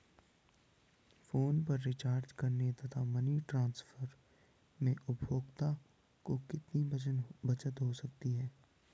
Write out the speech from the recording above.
Phone पर recharge करने तथा मनी ट्रांसफर में उपभोक्ता को कितनी बचत हो सकती है?